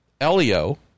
Elio